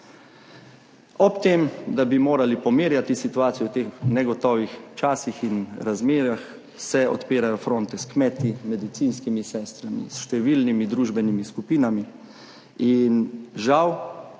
Ob tem, da bi morali pomirjati situacijo v teh negotovih časih in razmerah, se odpirajo fronte s kmeti, medicinskimi sestrami, s številnimi družbenimi skupinami. In žal